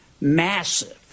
massive